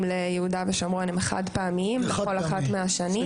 ליהודה ושומרון הם חד פעמיים לכל אחת מהשנים.